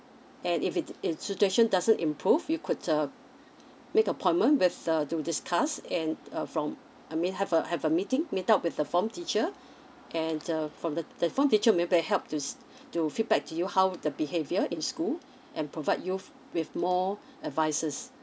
and if it it situation doesn't improved you could uh make appointment with uh to discuss and uh from I mean have a have a meeting meet up with the form teacher and uh from the the form teacher will may be able to help to s~ to feedback to you how the behaviour in school and provide you f~ with more advices